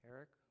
Eric